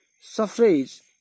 suffrage